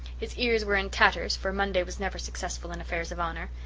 his ears were in tatters, for monday was never successful in affairs of honour.